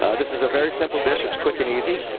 um this is a very simple dish. it's quick and easy.